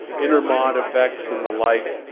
inter-mod effects and the like.